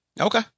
Okay